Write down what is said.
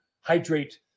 hydrate